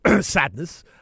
Sadness